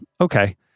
Okay